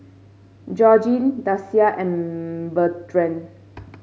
Georgine Dasia and Bertrand